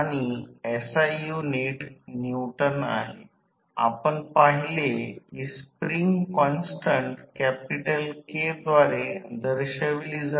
दोन वाइंडिंग ट्रान्सफॉर्मरमध्ये सर्व व्होल्ट अँपिअर चे चुंबकीयदृष्ट्या हस्तांतरण केले जाते जे सिंगल फेज ट्रान्सफॉर्मर मध्ये देखील पाहिले आहे